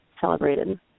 celebrated